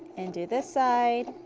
and do this side.